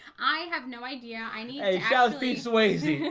i have no idea i need it does be swayze